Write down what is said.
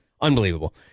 Unbelievable